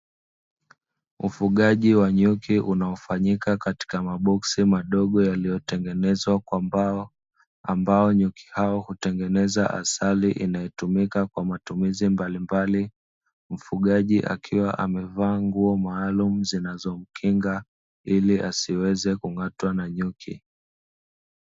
Ufugaji wa nyuki unaofanyika katika maboksi madogo yaliyotengenezwa kwa mbao, ambao nyuki hao hutengeneza asali inayotumika kwa matumizi mbalimbali. Mfugaji akiwa amevaa nguo maalumu zinazomkinga ili asiweze kung'atwa na nyuki.